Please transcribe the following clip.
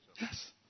Yes